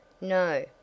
No